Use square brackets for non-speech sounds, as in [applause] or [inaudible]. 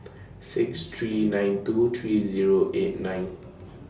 [noise] six three nine two three Zero eight nine